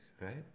right